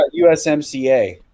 USMCA